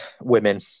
women